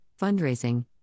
fundraising